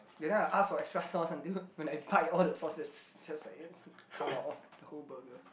that time I ask for extra sauce until when I bite all the sauce just come out of the whole burger